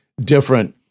different